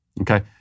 okay